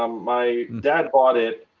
um my dad bought it.